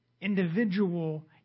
individual